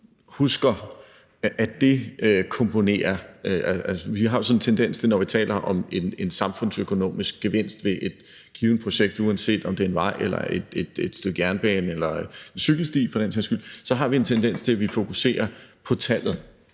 vi husker at dekomponere. Når vi taler om en samfundsøkonomisk gevinst ved et givet projekt, uanset om det er en vej eller et stykke jernbane eller en cykelsti for den sags skyld, så har vi en tendens til at fokusere på tallet